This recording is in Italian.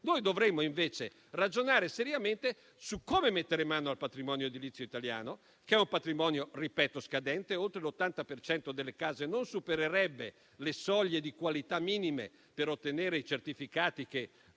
Dovremmo invece ragionare seriamente su come mettere mano al patrimonio edilizio italiano, che ripeto che è scadente. Oltre l'80 per cento delle case non supererebbe le soglie di qualità minime per ottenere i certificati che